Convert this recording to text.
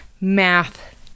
math